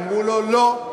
אמרו לו: לא.